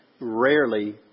rarely